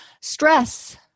Stress